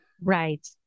Right